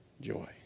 joy